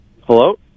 Hello